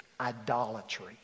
idolatry